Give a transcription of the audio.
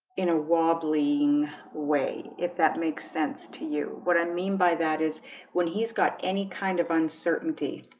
in a wobbling way if that makes sense to you what i mean by that is when he's got any kind of uncertainty